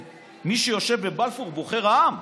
את מי שיושב בבלפור בוחר העם.